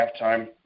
halftime